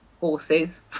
horses